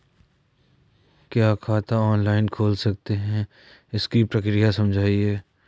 क्या खाता ऑनलाइन खोल सकते हैं इसकी प्रक्रिया समझाइए?